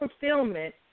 fulfillment